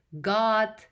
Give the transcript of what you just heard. God